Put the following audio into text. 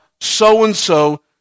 so-and-so